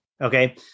Okay